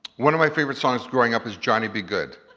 one of my favourite songs growing up was johnny b. goode,